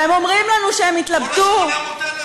והם אומרים לנו שהם התלבטו, כל ה-800,000?